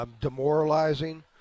demoralizing –